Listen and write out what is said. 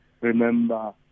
Remember